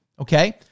okay